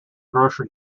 grocery